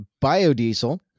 Biodiesel